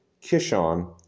Kishon